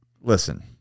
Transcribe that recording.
listen